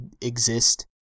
exist